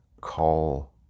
call